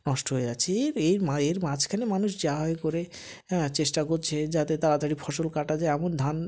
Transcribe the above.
নষ্ট হয়ে যাচ্ছে এর এর মা এর মাঝখানে মানুষ যা এ করে হ্যাঁ চেষ্টা করছে যাতে তাড়াতাড়ি ফসল কাটা যায় এমন ধান